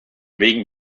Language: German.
wegen